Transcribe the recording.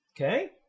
Okay